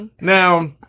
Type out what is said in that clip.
Now